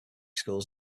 schools